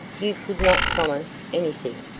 you would not promise anything,